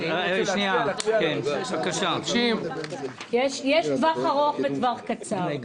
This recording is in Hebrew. יש טווח ארוך וטווח קצר.